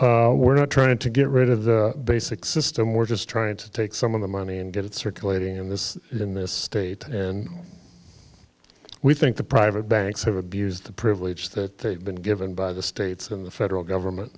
so we're not trying to get rid of the basic system we're just trying to take some of the money and get it circulating in this in this state and we think the private banks have abused the privilege that they've been given by the states in the federal government